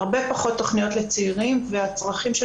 הרבה פחות תכניות לצעירים והצרכים של